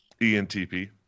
ENTP